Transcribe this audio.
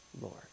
Lord